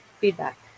feedback